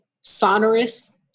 sonorous